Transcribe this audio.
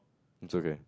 it's okay